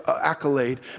accolade